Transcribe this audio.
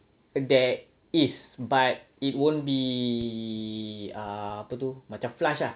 there is but it won't be err apa tu macam flush ah